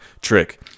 trick